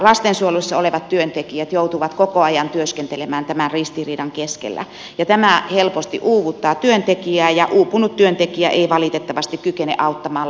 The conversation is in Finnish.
lastensuojelussa olevat työntekijät joutuvat koko ajan työskentelemään tämän ristiriidan keskellä ja tämä helposti uuvuttaa työntekijää ja uupunut työntekijä ei valitettavasti kykene auttamaan lasta eikä perhettä